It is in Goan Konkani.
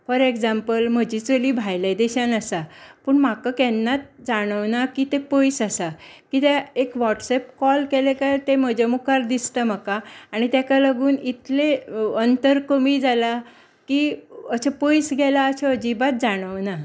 फॉर एक्समपल म्हजी चली भायल्या देशांत आसा पूण म्हाका केन्नाच जाणवना की तें पयस आसा कित्याक एक वॉट्सएप कॉल केले काय तें म्हजें मुखार दिसता म्हाका आनी ताका लागून इतली अंतर कमी जाला की अशें पयस गेला अशें अजिबात जाणवना